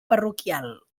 parroquial